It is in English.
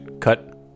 cut